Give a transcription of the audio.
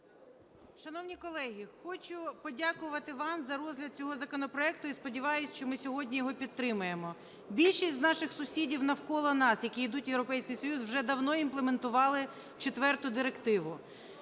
Шановні колеги! Хочу подякувати вам за розгляд цього законопроекту і сподіваюсь, що ми сьогодні його підтримаємо. Більшість з наших сусідів навколо нас, які ідуть у Європейський Союз, вже давно імплементували четверту Директиву.